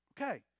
Okay